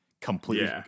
completely